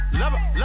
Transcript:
love